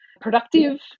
productive